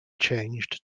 changed